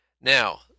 Now